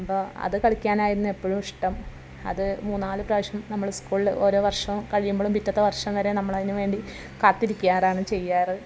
അപ്പോൾ അത് കളിക്കാനായിരുന്നു എപ്പോഴും ഇഷ്ടം അത് മൂന്നാല് പ്രാവിശ്യം നമ്മൾ സ്കൂളിൽ ഓരോ വർഷവും കഴിയുമ്പോഴും പിറ്റത്തെ വർഷം വരെ നമ്മളതിനു വേണ്ടി കാത്തിരിക്കാറാണ് ചെയ്യാറ്